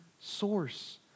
source